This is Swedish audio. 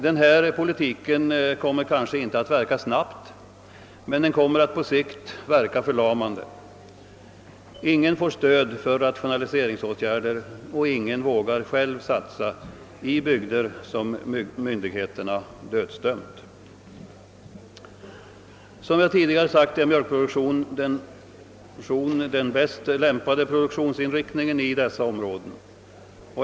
Denna politik kommer kanske inte att verka snabbt, men på sikt blir den förlamande. Ingen får stöd för rationaliseringsåtgärder, och ingen vågar själv satsa i bygder som myndigheterna har dödsdömt. Som jag tidigare sagt är mjölkproduktion den lämpligaste produktionsinriktningen i dessa områden.